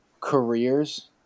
careers